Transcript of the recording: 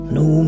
no